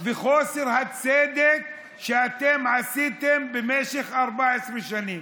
וחוסר הצדק שאתם עשיתם במשך 14 שנים?